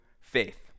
faith